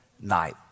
night